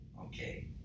Okay